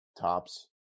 tops